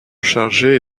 chargé